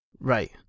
Right